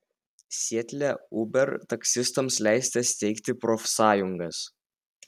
sietle uber taksistams leista steigti profsąjungas